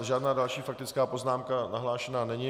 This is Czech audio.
Žádná další faktická poznámka nahlášena není.